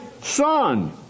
son